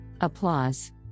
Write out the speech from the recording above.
Applause